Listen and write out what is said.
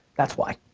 that's why.